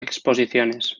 exposiciones